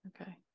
okay